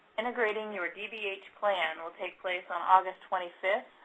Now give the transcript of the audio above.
integrating your dbh plan will take place on august twenty fifth,